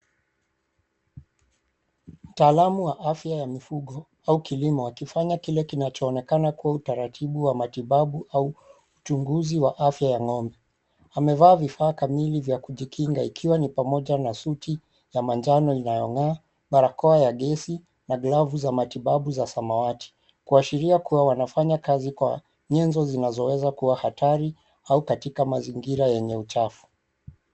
Mtaalamu wa afya ya mifugo au kilimo akifanya kile kinachoonekana kuwa utaratibu wa kimatibabu au uchunguzi wa ng'ombe, amevaa vifaa kamili vya kujikinga ikiwa ni pamoja na suti ya manjano inayong'aa, barakoa ya gesi na glavu za matibabu za samawati kuashiria kuwa wanafanya kazi Kwa nyenzo zinazoweza kuwa hatari au katika mazingira yenye uchafu.